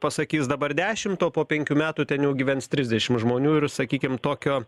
pasakys dabar dešimt o po penkių metų ten jau gyvens trisdešim žmonių ir sakykim tokio